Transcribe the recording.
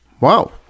wow